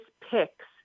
picks